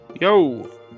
Yo